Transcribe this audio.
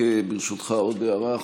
ברשותך, עוד הערה אחת.